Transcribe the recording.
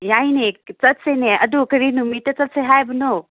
ꯌꯥꯏꯅꯦ ꯆꯠꯁꯤꯅꯦ ꯑꯗꯨ ꯀꯔꯤ ꯅꯨꯃꯤꯠꯇ ꯆꯠꯁꯤ ꯍꯥꯏꯕꯅꯣ